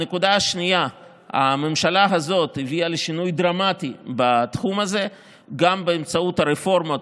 2. הממשלה הזו הביאה לשינוי דרמטי בתחום הזה גם באמצעות הרפורמות